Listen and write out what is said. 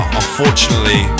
unfortunately